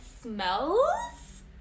smells